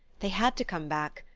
they had to come back.